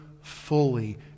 fully